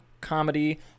comedy